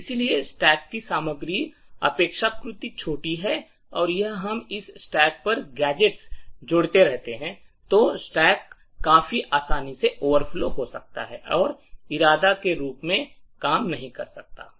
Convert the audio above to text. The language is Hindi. इसलिए स्टैक की सामग्री अपेक्षाकृत छोटी है और यदि हम इस स्टैक पर गैजेट्स जोड़ते रहते हैं तो स्टैक काफी आसानी से ओवरफ्लो हो सकता है और इरादा के रूप में काम नहीं कर सकता है